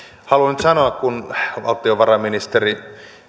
haluan nyt sanoa kun kun valtiovarainministeri